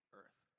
earth